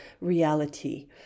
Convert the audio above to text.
reality